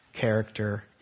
character